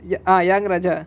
ya ah yangraja